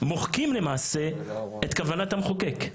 מוחקים למעשה את כוונת המחוקק.